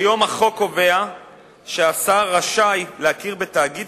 כיום החוק קובע שהשר רשאי להכיר בתאגיד